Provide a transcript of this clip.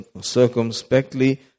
circumspectly